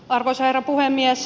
arvoisa herra puhemies